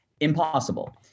Impossible